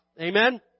Amen